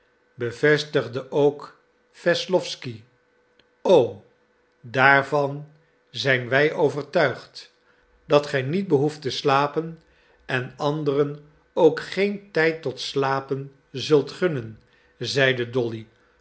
bevestigde ook wesslowsky o daarvan zijn wij overtuigd dat gij niet behoeft te slapen en anderen ook geen tijd tot slapen zult gunnen zeide dolly